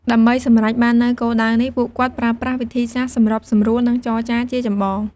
ដើម្បីសម្រេចបាននូវគោលដៅនេះ ពួកគាត់ប្រើប្រាស់ វិធីសាស្ត្រសម្របសម្រួល និងចរចា ជាចម្បង។